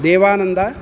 देवानन्दः